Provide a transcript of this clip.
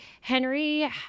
Henry